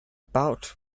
bout